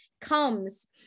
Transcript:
comes